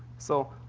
so,